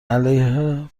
علیه